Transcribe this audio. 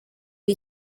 ari